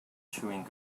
chewing